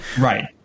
right